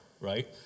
Right